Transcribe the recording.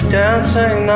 dancing